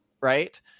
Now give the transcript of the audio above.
Right